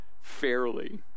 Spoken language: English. fairly